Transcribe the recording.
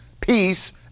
peace